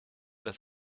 das